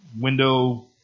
window